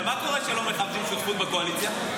ומה קורה כשלא מכבדים שותפות בקואליציה?